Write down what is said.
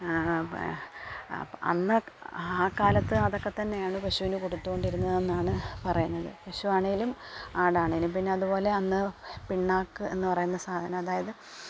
അന്ന് ആ കാലത്ത് അതൊക്കെ തന്നെയാണ് പശുവിന് കൊടുത്തുകൊണ്ടിരുന്നതെന്നാണ് പറയുന്നത് പശുവാണേലും ആടാണേലും പിന്നെ അതുപോലെ അന്ന് പിണ്ണാക്ക് എന്ന് പറയുന്ന സാധനം അതായത്